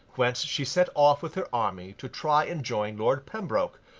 whence she set off with her army, to try and join lord pembroke,